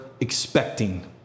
expecting